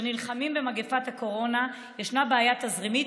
נלחמים במגפת הקורונה יש בעיה תזרימית,